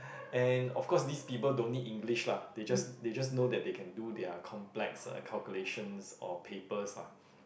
and of course these people don't need English lah they just they just know that they can do their complex calculations or papers lah